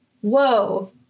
whoa